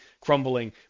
crumbling